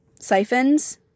siphons